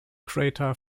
crater